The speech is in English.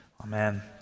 Amen